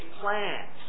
plans